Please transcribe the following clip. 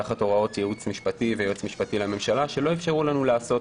תחת הוראות ייעוץ משפטי ויועץ משפטי לממשלה שלא אפשרו לנו לעשות